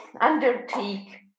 undertake